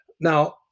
now